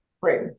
Right